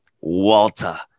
Walter